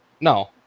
No